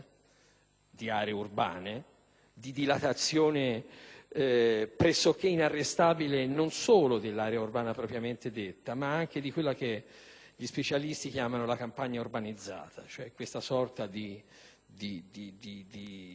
di aree urbane, di dilatazione pressoché inarrestabile non solo dell'area urbana propriamente detta, ma anche di quella che gli specialisti definiscono campagna urbanizzata. È una sorta di